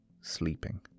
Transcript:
sleeping